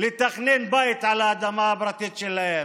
לתכנן בית על האדמה הפרטית שלהם.